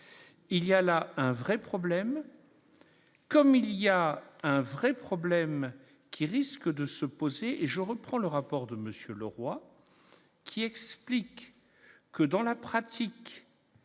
Il y a là un vrai problème, comme il y a un vrai problème. Qui risque de se poser et je reprends le rapport de monsieur le roi qui explique que dans la pratique,